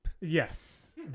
Yes